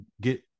get